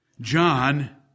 John